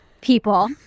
people